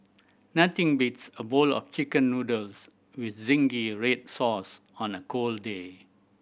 nothing beats a bowl of Chicken Noodles with zingy red sauce on a cold day